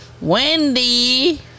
Wendy